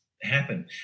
happen